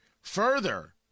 Further